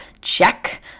Check